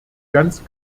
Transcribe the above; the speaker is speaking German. ganz